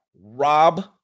Rob